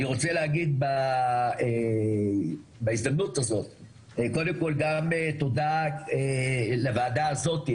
אני רוצה להגיד בהזדמנות הזו קודם כל גם תודה לוועדה הזאת,